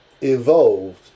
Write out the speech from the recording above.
evolved